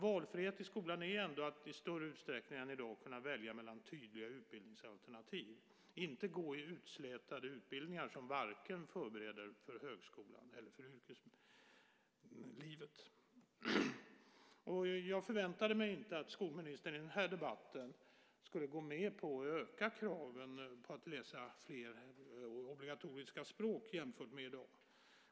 Valfrihet i skolan är ändå att i större utsträckning än i dag kunna välja mellan tydliga utbildningsalternativ, inte att gå i utslätade utbildningar som varken förbereder för högskolan eller för yrkeslivet. Jag förväntade mig inte att skolministern i denna debatt skulle gå med på att öka kraven på att eleverna ska läsa fler obligatoriska språk jämfört med i dag.